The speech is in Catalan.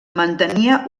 mantenia